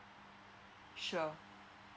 sure